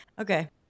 Okay